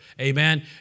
amen